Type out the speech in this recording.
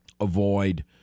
avoid